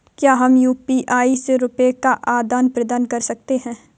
क्या हम यू.पी.आई से रुपये का आदान प्रदान कर सकते हैं?